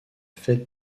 fête